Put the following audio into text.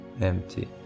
empty